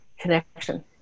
connection